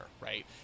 right